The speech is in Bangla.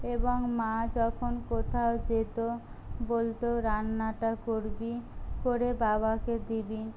এবং মা যখন কোথাও যেত বলতো রান্নাটা করবি করে বাবাকে দিবি